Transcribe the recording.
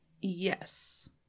Yes